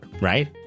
right